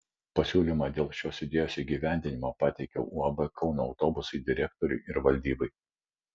pasiūlymą dėl šios idėjos įgyvendinimo pateikiau uab kauno autobusai direktoriui ir valdybai